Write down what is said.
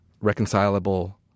reconcilable